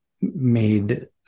made